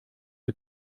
die